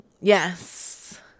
Yes